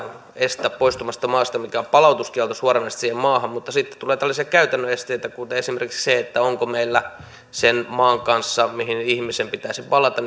estä poistumasta maasta mikään palautuskielto suoranaisesti siihen maahan mutta sitten tulee tällaisia käytännön esteitä esimerkiksi se että onko meillä sen maan kanssa mihin ihmisen pitäisi palata